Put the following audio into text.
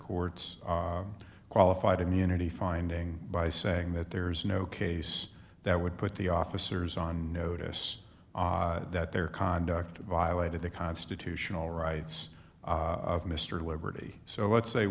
records qualified immunity finding by saying that there's no case that would put the officers on notice that their conduct violated the constitutional rights of mr liberty so let's say